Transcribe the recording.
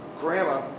Grandma